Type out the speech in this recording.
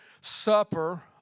supper